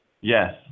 Yes